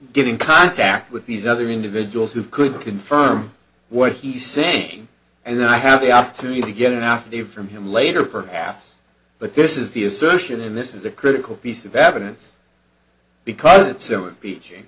get in contact with these other individuals who could confirm what he's saying and then have the opportunity to get an affidavit from him later perhaps but this is the assertion in this is a critical piece of evidence because it soon